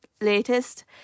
latest